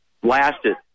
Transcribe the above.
blasted